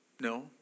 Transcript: no